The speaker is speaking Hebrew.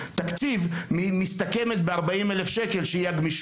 מתוך תקציב של כ-400,000 ₪.